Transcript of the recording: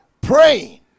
praying